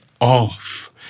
off